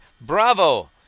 Bravo